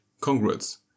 Congrats